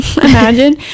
imagine